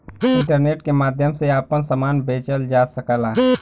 internet के माध्यम से आपन सामान बेचल जा सकला